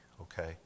okay